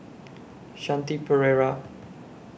Shanti Pereira